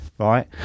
right